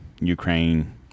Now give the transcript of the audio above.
Ukraine